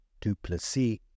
Duplessis